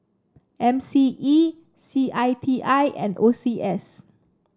M C E C I T I and O C S